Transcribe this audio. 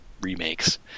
remakes